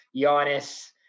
Giannis